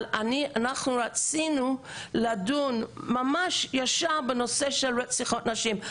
אבל אנחנו רצינו לדון ממש ישר בנושא של רציחות נשים.